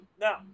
Now